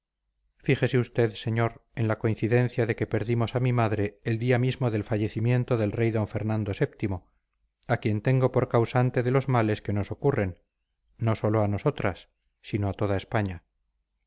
fíjese usted señor en la coincidencia de que perdimos a mi madre el día mismo del fallecimiento del rey d fernando vii a quien tengo por causante de los males que nos ocurren no sólo a nosotras sino a toda españa